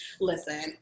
listen